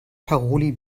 paroli